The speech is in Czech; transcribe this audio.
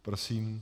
Prosím.